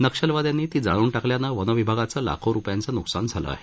नक्षलवाद्यांनी ती जाळून टाकल्यानं वन विभागाचं लाखो रुपयांचं न्कसान झालं आहे